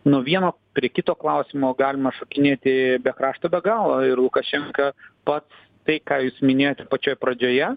nuo vieno prie kito klausimo galima šokinėti be krašto be galo ir lukašenka pats tai ką jūs minėjote pačioj pradžioje